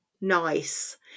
nice